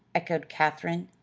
echoed katherine.